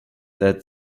that